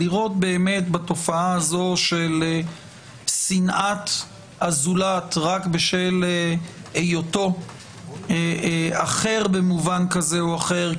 לראות בתופעה הזאת של שנאת הזולת רק בשל היותו אחר במובן כזה או אחר,